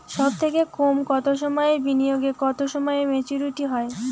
সবথেকে কম কতো সময়ের বিনিয়োগে কতো সময়ে মেচুরিটি হয়?